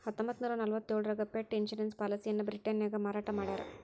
ಹತ್ತೊಂಬತ್ತನೂರ ನಲವತ್ತ್ಯೋಳರಾಗ pet insurance ಪಾಲಿಸಿಯನ್ನ ಬ್ರಿಟನ್ನ್ಯಾಗ ಮಾರಾಟ ಮಾಡ್ಯಾರ